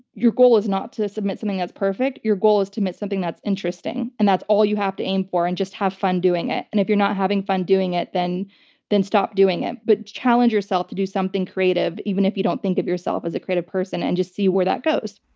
your goal is not to submit something that's perfect. your goal is to submit something that's interesting and that's all you have to aim for and just have fun doing it. and if you're not having fun doing it, then then stop doing it, but challenge yourself to do something creative even if you don't think of yourself as a creative person and just see where that goes.